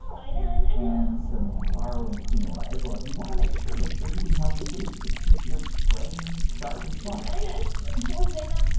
i know. and some farro and quinoa, as well. you want to make sure that you're eating healthy foods to keep your brain sharp and smart i know well, zana,